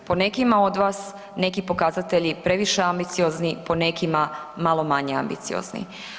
Po nekima od vas neki pokazatelji previše ambiciozni, po nekima malo manje ambiciozni.